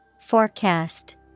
Forecast